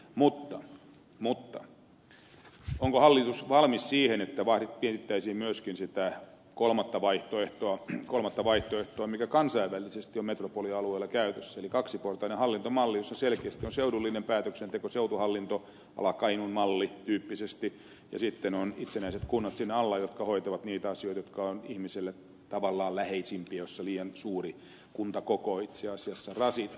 mutta mutta onko hallitus valmis siihen että mietittäisiin myöskin sitä kolmatta vaihtoehtoa mikä kansainvälisesti on metropolialueilla käytössä eli kaksiportaista hallintomallia jossa selkeästi on seudullinen päätöksenteko seutuhallinto a la kainuun malli tyyppisesti ja sitten on itsenäiset kunnat siinä alla jotka hoitavat niitä asioita jotka ovat ihmiselle tavallaan läheisimpiä ja joissa liian suuri kuntakoko itse asiassa rasittaa